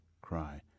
Cry